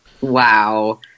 wow